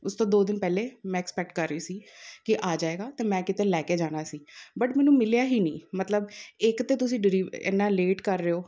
ਉਸ ਤੋਂ ਦੋ ਦਿਨ ਪਹਿਲੇ ਮੈਂ ਐਕਸਪੈਕਟ ਕਰ ਰਹੀ ਸੀ ਕਿ ਆ ਜਾਏਗਾ ਅਤੇ ਮੈਂ ਕਿਤੇ ਲੈ ਕੇ ਜਾਣਾ ਸੀ ਬਟ ਮੈਨੂੰ ਮਿਲਿਆ ਹੀ ਨਹੀਂ ਮਤਲਬ ਇੱਕ ਤਾਂ ਤੁਸੀਂ ਡਿਲੀ ਇੰਨਾ ਲੇਟ ਕਰ ਰਹੇ ਹੋ